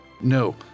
No